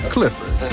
Clifford